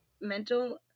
mental